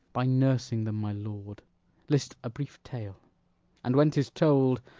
by nursing them, my lord list a brief tale and when tis told,